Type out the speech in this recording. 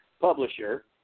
Publisher